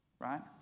right